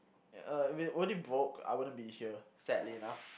uh if it would it broke I wouldn't be here sadly enough